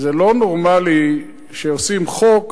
זה לא נורמלי שעושים חוק,